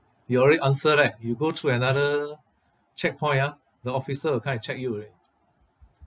you already answered right you go through another checkpoint ah the officer will come and check you already